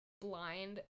blind